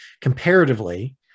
comparatively